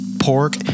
pork